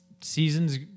season's